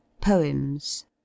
Poems